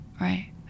Right